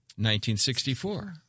1964